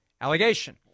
allegation